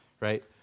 Right